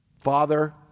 Father